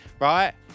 right